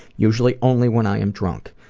usually only when i am drunk.